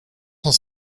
cent